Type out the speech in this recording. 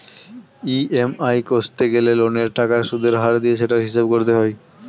EMI কষতে গেলে লোনের টাকার সুদের হার দিয়ে সেটার হিসাব করতে হয়